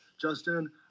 justin